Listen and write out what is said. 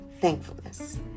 Thankfulness